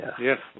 yes